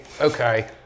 Okay